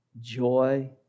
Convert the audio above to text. joy